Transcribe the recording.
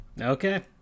Okay